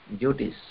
duties